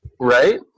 Right